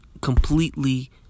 completely